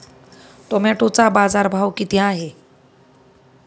टोमॅटोचा बाजारभाव किती आहे?